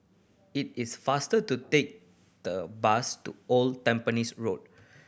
it is faster to take the bus to Old Tampines Road